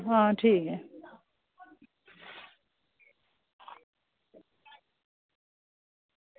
आं ठीक ऐ